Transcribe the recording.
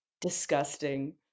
Disgusting